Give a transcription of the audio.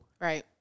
Right